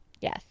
yes